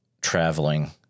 traveling